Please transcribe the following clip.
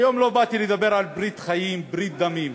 היום לא באתי לדבר על ברית חיים, ברית דמים,